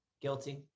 Guilty